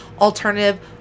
alternative